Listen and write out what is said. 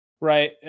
right